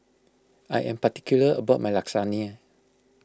I am particular about my Lasagne